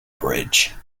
bridge